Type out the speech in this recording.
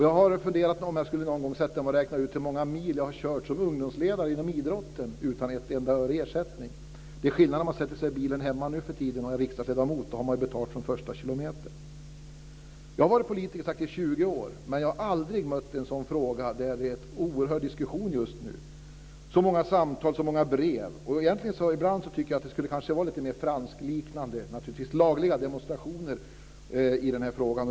Jag har funderat på om jag någon gång ska räkna ut hur många mil jag har kört som ungdomsledare inom idrotten utan ett enda öre i ersättning. Det är skillnad att nu som riksdagsledamot sätta sig i bilen. Då har man betalt från första kilometern. Jag har varit politiskt aktiv i 20 år, men jag har aldrig mött en fråga som är föremål för så mycket diskussion som just nu. Det är så många samtal och så många brev. Ibland tycker jag att det skulle vara lite mer franskliknande - naturligtvis lagliga - demonstrationer i frågan.